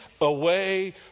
away